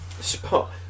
Spot